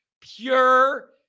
pure